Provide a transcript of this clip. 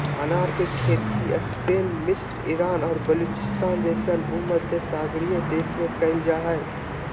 अनार के खेती स्पेन मिस्र ईरान और बलूचिस्तान जैसन भूमध्यसागरीय देश में कइल जा हइ